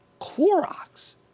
Clorox